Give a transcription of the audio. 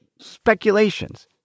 speculations